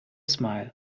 smile